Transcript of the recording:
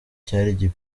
cyari